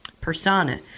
persona